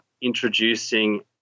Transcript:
introducing